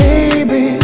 Baby